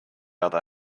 other